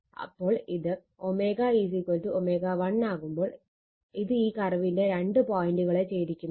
അപ്പോൾ ഇത് ω ω1 ആവുമ്പോൾ ഇത് ഈ കർവിന്റെ രണ്ട് പോയന്റുകളെ ഛേദിക്കുന്നുണ്ട്